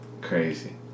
Crazy